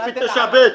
לפי 9(ב).